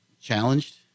challenged